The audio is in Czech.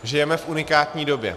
Žijeme v unikátní době.